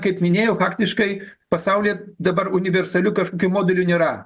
kaip minėjau faktiškai pasaulyje dabar universalių kažkokių modelių nėra